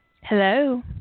Hello